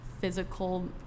physical